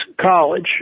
college